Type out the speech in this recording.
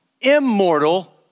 immortal